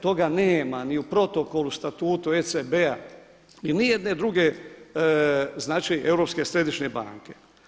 Toga nema ni u protokolu, statutu ECB-a i niti jedne druge znači Europske središnje banke.